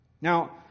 Now